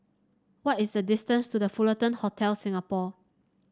what is the distance to The Fullerton Hotel Singapore